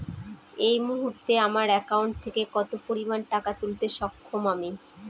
এই মুহূর্তে আমার একাউন্ট থেকে কত পরিমান টাকা তুলতে সক্ষম আমি?